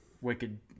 wicked